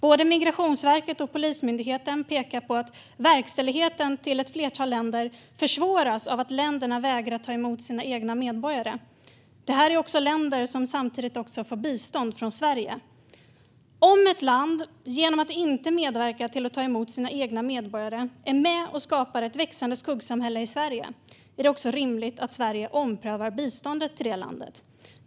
Både Migrationsverket och Polismyndigheten pekar på att verkställigheten till ett flertal länder försvåras av att länderna vägrar att ta emot sina egna medborgare. Det är länder som samtidigt också får bistånd från Sverige. Om ett land genom att inte medverka till att ta emot sina egna medborgare är med och skapar ett växande skuggsamhälle i Sverige, är det också rimligt att Sverige omprövar biståndet till det landet.